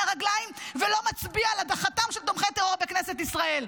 הרגליים ולא מצביע על הדחתם של תומכי טרור בכנסת ישראל.